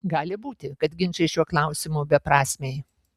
gali būti kad ginčai šiuo klausimu beprasmiai